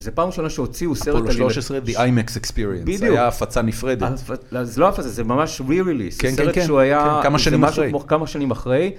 זה פעם ראשונה שהוציאו סרט, אפולו 13, על אימקס אקספיריאנס, זה היה הפצה נפרדת, זה לא הפצה זה ממש re-release, כן סרט שהוא היה.. כן כמה שנים אחרי.